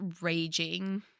raging